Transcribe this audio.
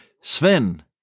Sven